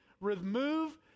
remove